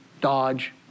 Dodge